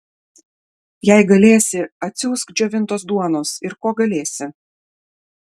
jei galėsi atsiųsk džiovintos duonos ir ko galėsi